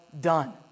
done